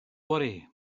worry